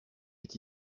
est